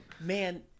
Man